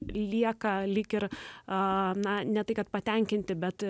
lieka lyg ir a na ne tai kad patenkinti bet